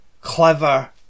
clever